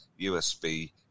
USB